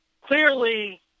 clearly